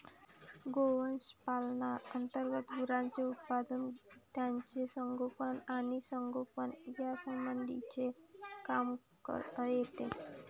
गोवंश पालना अंतर्गत गुरांचे उत्पादन, त्यांचे संगोपन आणि संगोपन यासंबंधीचे काम येते